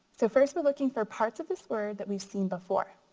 so first we're looking for parts of this word that we've seen before.